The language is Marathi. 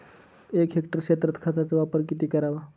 एक हेक्टर क्षेत्रात खताचा वापर किती करावा?